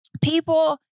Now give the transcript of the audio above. people